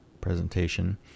presentation